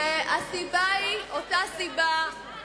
והסיבה היא אותה סיבה.